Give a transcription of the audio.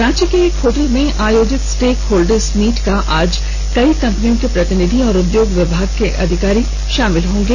रांची के एक होटल में आयोजित स्टेकहोल्डर्स मीट में आज कई कंपनियों के प्रतिनिधि और उद्योग विभाग के अधिकारी शामिल होंगे